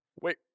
Wait